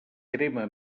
crema